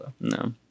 no